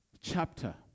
chapter